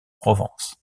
provence